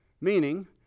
Meaning